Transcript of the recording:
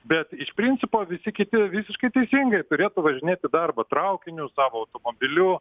bet iš principo visi kiti visiškai teisingai turėtų važinėt į darbą traukiniu savo automobiliu